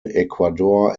ecuador